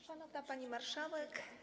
Szanowna Pani Marszałek!